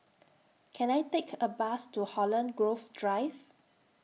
Can I Take A Bus to Holland Grove Drive